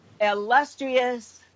illustrious